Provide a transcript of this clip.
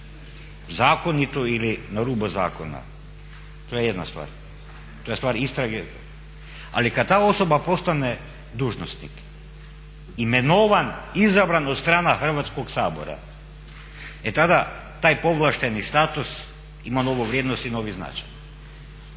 zakonito ili na rubu zakona to je jedna stvar. To je stvar istrage. Ali kada ta osoba postane dužnosnik imenovan, izabran od strana Hrvatskoga sabora e tada taj povlašteni status ima novu vrijednost i novi značaj.